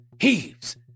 heaves